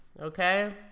Okay